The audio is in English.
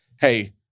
hey